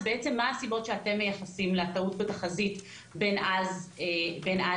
אז בעצם מה הסיבות שאתם מייחסים לטעות בתחזית בין אז להיום,